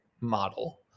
model